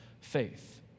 faith